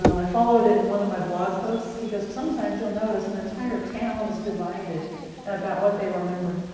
i followed it in one of my blog posts, because sometimes you'll notice an entire town is divided about what they remember.